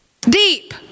Deep